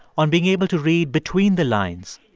on being able to read between the lines,